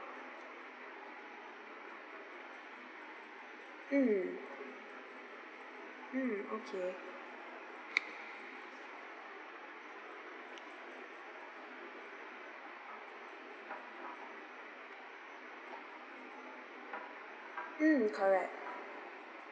mm mm okay mm correct